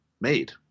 made